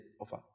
offer